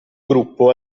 gruppo